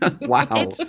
Wow